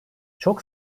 çok